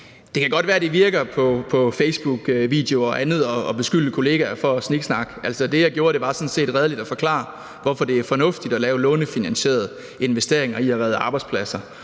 Det kan godt være, det virker på facebookvideoer og andet at beskylde kollegaer for at sniksnakke. Altså, det, jeg gjorde, var sådan set redeligt at forklare, hvorfor det er fornuftigt at lave lånefinansierede investeringer i at redde arbejdspladser,